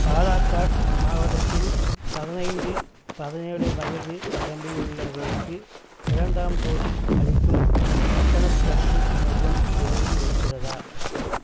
பாலாக்காட் மாவட்டத்தில் பதினைந்து பதினேழு வயது வரம்பில் உள்ளவர்களுக்கு இரண்டாம் டோஸ் அளிக்கும் கட்டணத் தடுப்பூசி மையம் எதுவும் இருக்கிறதா